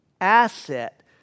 asset